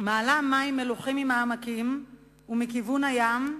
מעלה מים מלוחים ממעמקים ומכיוון הים,